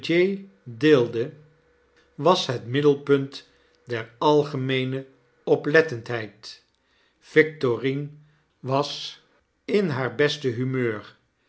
deelde was het middelpunt der algemeene oplettendheid victorine was in haar beste humeur